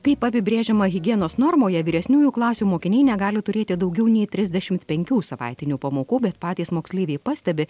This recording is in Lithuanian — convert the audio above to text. kaip apibrėžiama higienos normoje vyresniųjų klasių mokiniai negali turėti daugiau nei trisdešimt penkių savaitinių pamokų bet patys moksleiviai pastebi